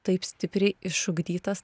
taip stipriai išugdytas